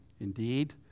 indeed